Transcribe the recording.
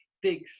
big